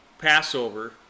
Passover